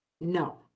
no